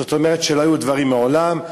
זאת אומרת שלא היו דברים מעולם,